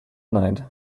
night